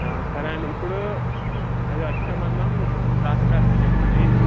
సరే అండి ఇప్పుడు అది వచ్చే ముందు ద్రాక్షరసం చెప్పండి